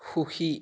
সুখী